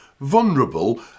vulnerable